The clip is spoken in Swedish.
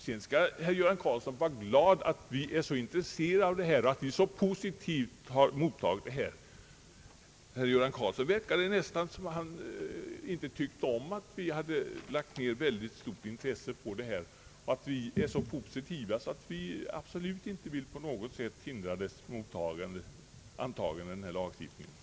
Sedan skall herr Göran Karlsson vara glad över att vi är så intresserade och att vi så positivt har mottagit detta förslag. Det verkade nästan som herr Göran Karlsson inte tyckte om att vi hade visat mycket stort intresse för miljövårdsfrågorna och att vi är så positiva att vi inte på något sätt vill hindra antagandet av denna lagstiftning.